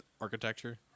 architecture